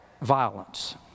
violence